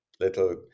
little